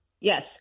Yes